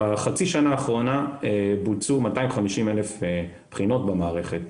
בחצי השנה האחרונה בוצעו 250,000 בחינות במערכת.